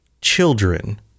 children